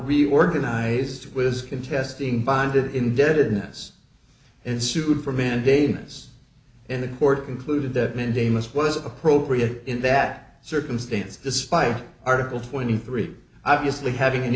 reorganized was contesting bonded indebtedness and sued for mandamus and the court concluded that mandamus was appropriate in that circumstance despite article twenty three obviously having an